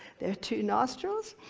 there are two nostrils,